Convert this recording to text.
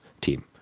team